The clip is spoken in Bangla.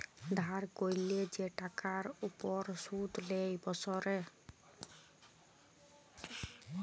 ধার ক্যরলে যে টাকার উপর শুধ লেই বসরে